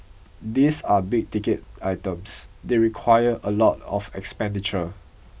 these are big ticket items they require a lot of expenditure